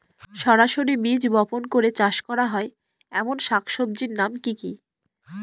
সরাসরি বীজ বপন করে চাষ করা হয় এমন শাকসবজির নাম কি কী?